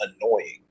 annoying